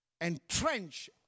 entrench